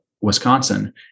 Wisconsin